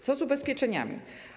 Co z ubezpieczeniami?